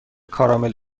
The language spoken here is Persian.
کارامل